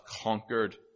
conquered